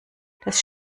das